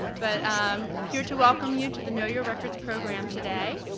but i'm here to welcome you to the know your records program today.